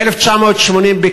ב-1980,